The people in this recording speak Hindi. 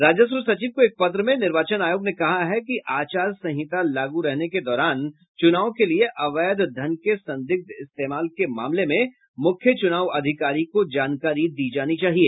राजस्व सचिव को एक पत्र में निर्वाचन आयोग ने कहा है कि आचार संहिता लागू रहने के दौरान चुनाव के लिए अवैध धन के संदिग्ध इस्तेमाल के मामले में मुख्य चुनाव अधिकारी को जानकारी दी जानी चाहिए